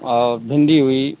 और भिंडी हुई